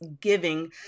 Giving